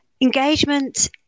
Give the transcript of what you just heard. Engagement